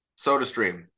SodaStream